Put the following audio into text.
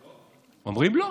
הם אומרים: לא.